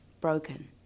broken